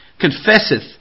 confesseth